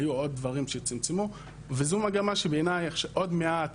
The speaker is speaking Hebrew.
היו עוד דברים שצומצמו, וזו מגמה שבעיניי עוד מעט